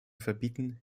verbieten